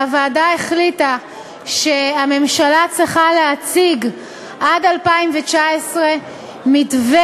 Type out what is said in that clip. והוועדה החליטה שהממשלה צריכה להציג עד 2019 מתווה